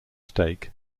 stake